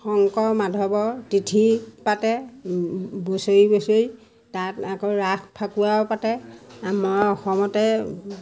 শংকৰ মাধৱৰ তিথি পাতে বছৰি বছৰি তাত আকৌ ৰাস ফাকুৱাও পাতে আমাৰ অসমতে